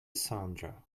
sandra